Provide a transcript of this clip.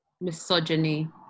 Misogyny